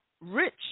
rich